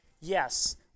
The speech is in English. yes